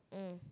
mm